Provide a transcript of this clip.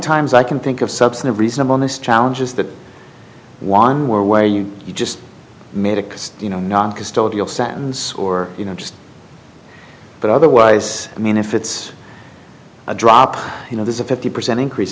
times i can think of substantive reasonableness challenges that one where way you just made a you know non custodial sentence or you know just but otherwise i mean if it's a drop you know there's a fifty percent increase